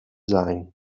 sein